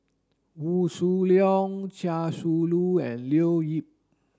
Wee Shoo Leong Chia Shi Lu and Leo Yip